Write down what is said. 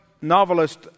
novelist